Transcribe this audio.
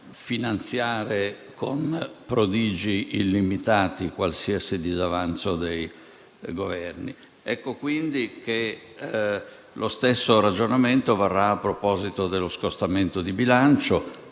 finanziare con prodigi illimitati qualsiasi disavanzo dei Governi. Lo stesso ragionamento, quindi, varrà a proposito dello scostamento di bilancio,